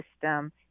system